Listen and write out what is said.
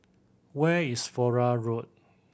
where is Flora Road